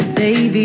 Baby